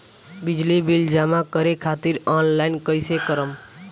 बिजली बिल जमा करे खातिर आनलाइन कइसे करम?